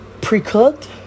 pre-cooked